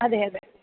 അതെ അതെ